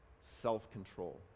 self-control